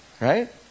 Right